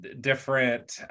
different